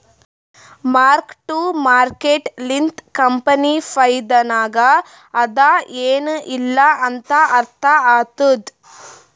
mark to market ಲಿಂತ company ಫೈದಾನಾಗ್ ಅದಾ ಎನ್ ಇಲ್ಲಾ ಅಂತ ಅರ್ಥ ಆತ್ತುದ್